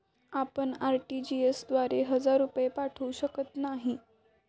आपण आर.टी.जी.एस द्वारे हजार रुपये पाठवू शकत नाही